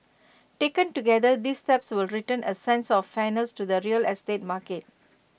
taken together these steps will return A sense of fairness to the real estate market